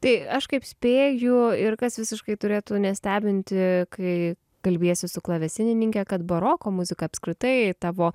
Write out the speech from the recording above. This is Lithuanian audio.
tai aš kaip spėju ir kas visiškai turėtų nestebinti kai kalbiesi su klavesinininke kad baroko muzika apskritai tavo